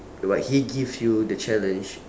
but he give you the challenge